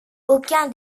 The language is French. aucun